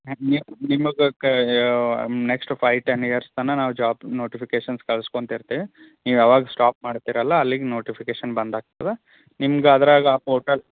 ನಿಮ್ಮ ನಿಮಗೆ ಕಯಾ ನೆಕ್ಸ್ಟ್ ಫೈವ್ ಟೆನ್ ಇಯರ್ಸ್ ತನಕ ನಾವು ಜಾಬ್ ನೋಟಿಫಿಕೇಷನ್ಸ್ ಕಳಿಸ್ಕೋತ ಇರ್ತೆವೆ ನೀವು ಯಾವಾಗ ಸ್ಟಾಪ್ ಮಾಡ್ತಿರಲ್ಲ ಅಲ್ಲಿಗೆ ನೋಟಿಫಿಕೇಷನ್ ಬಂದ್ ಆಗ್ತಾವ ನಿಮ್ಗೆ ಅದ್ರಾಗ ಆ ಪೋರ್ಟಲ್